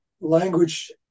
language